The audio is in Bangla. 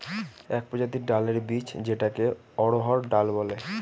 এক প্রজাতির ডালের বীজ যেটাকে অড়হর ডাল বলে